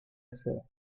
sœur